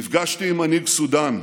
נפגשתי עם מנהיג סודאן,